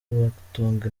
bagatunga